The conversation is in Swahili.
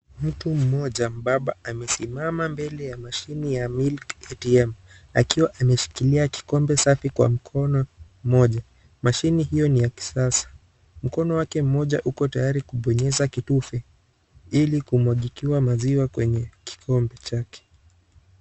Mtu mmoja mbaba amesimama mbele ya mashine ya milk ATM , akiwa ameshikilia kikombe safi kwa mkono moja, mashine hiyo ni ya kisasa, mkono wake mmoja uko tayari kubonyesa kitufe ili kumwagikiwa maziwa kwenye kikombe chake.